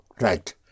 Right